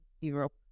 europe